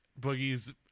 Boogie's